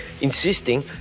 insisting